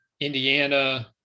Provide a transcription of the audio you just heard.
indiana